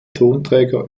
tonträger